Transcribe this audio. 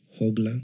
Hogla